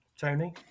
Tony